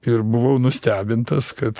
ir buvau nustebintas kad